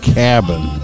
cabin